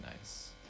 nice